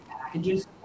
packages